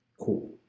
Cool